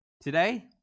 Today